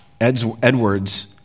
Edwards